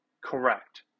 correct